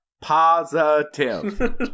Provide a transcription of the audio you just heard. positive